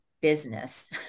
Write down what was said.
business